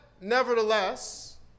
nevertheless